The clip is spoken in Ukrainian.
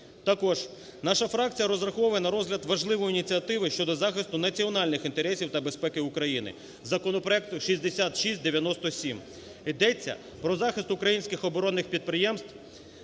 Також наша фракція розраховує на розгляд важливої ініціативи щодо захисту національних інтересів та безпеки України – законопроекту 6697. Йдеться про захист українських оборонних підприємств.